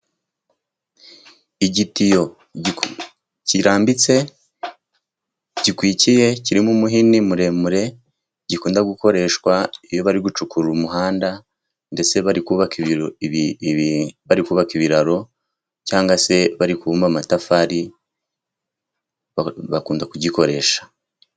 igitiyo kirambitse, gikwikiye, kirimo umuhini muremure, gikunda gukoreshwa iyo bari gucukura umuhanda, ndetse bari bari kubaka ibiraro, cyangwa se bari kubumba amatafari bakunda kugikoresha.